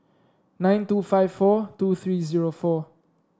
nine two five four two three zero four